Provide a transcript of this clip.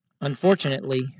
Unfortunately